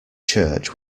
church